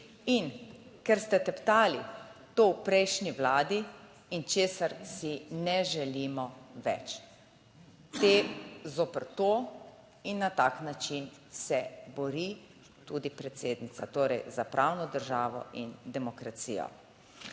in ker ste teptali to v prejšnji vladi in česar si ne želimo več. Zoper to in na tak način se bori tudi predsednica. Torej za pravno državo in demokracijo.